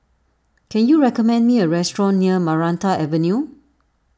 can you recommend me a restaurant near Maranta Avenue